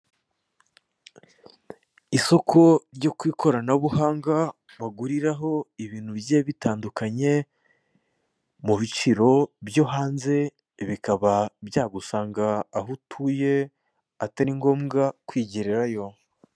Isoko ryo ku ikoranabuhanga baguriraho ibintu bigiye bitandukanye, mu biciro byo hanze bikaba byagusanga aho utuye, atari ngombwa kwigererayo.